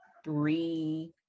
three